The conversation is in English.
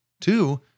Two